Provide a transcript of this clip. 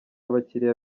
abakiliya